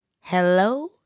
Hello